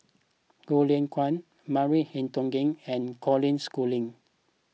Goh Lay Kuan Maria Hertogh and Colin Schooling